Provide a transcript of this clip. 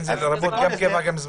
זה כל הסדר.